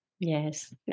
yes